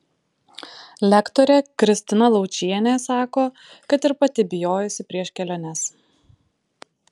lektorė kristina laučienė sako kad ir pati bijojusi prieš keliones